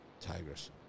Tigers